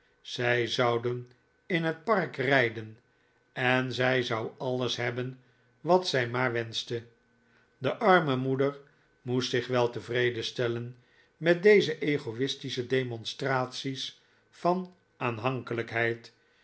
zij zouden in het park rijden en zij zou alles hebben wat zij maar wenschte de arme moeder moest zich wel tevreden stellen met deze ego'istische demonstraties van